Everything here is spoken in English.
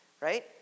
right